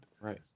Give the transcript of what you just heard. Right